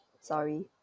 Sorry